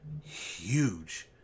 huge